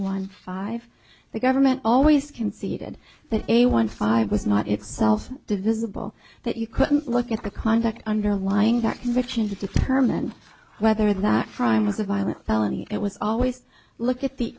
one five the government always conceded that a one five was not itself divisible that you couldn't look at the conduct underlying that conviction to determine whether that crime was a violent felony it was always look at the